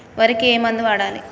వరికి ఏ మందు వాడాలి?